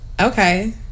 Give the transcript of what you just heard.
Okay